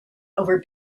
over